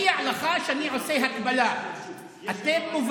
היום הזה, מפריע לך שאני עושה הקבלה.